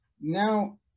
now